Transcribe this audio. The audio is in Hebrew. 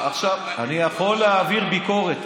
אני יכול להעביר ביקורת.